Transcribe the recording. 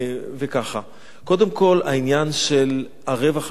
קודם כול, העניין של הרווח על הספרים.